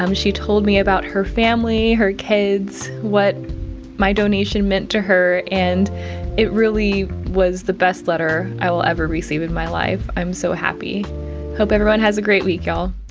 um she told me about her family, her kids, what my donation meant to her. and it really was the best letter i will ever receive in my life. i'm so happy hope everyone has a great week, y'all